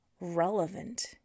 relevant